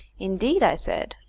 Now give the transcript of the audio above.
indeed, i said,